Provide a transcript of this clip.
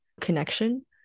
connection